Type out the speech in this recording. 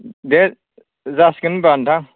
दे जासिगोन होनबा नोंथां